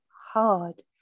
hard